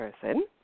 person